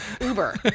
Uber